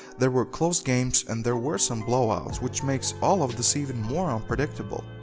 there were close games and there were some blowouts which makes all of this even more unpredictable.